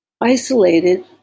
isolated